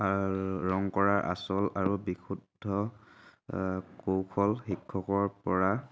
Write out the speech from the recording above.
আৰু ৰং কৰাৰ আচল আৰু বিশুদ্ধ কৌশল শিক্ষকৰপৰা